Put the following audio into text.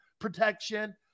protection